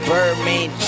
Birdman